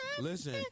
listen